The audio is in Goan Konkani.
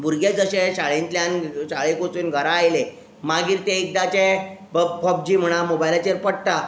भुरगे जशे शाळेंतल्यान शाळेक वचून घरा आयले मागीर ते एकदांचे पभ पबजी म्हणा मोबायलाचेर पडटा